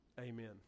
Amen